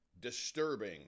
Disturbing